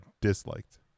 disliked